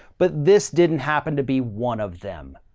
but this didn't happen to be one of them.